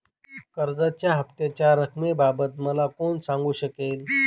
कर्जाच्या हफ्त्याच्या रक्कमेबाबत मला कोण सांगू शकेल?